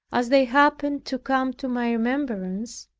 as they happen to come to my remembrance,